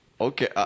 Okay